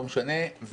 לא משנה,